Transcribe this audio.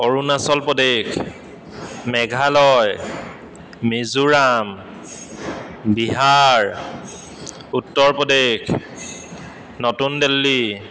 অৰুণাচল প্ৰদেশ মেঘালয় মিজোৰাম বিহাৰ উত্তৰ প্ৰদেশ নতুন দিল্লী